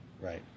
Right